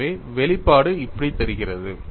எனவே வெளிப்பாடு இப்படி தெரிகிறது